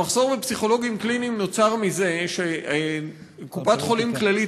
המחסור בפסיכולוגים קליניים נוצר מזה שקופת-חולים כללית